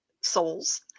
souls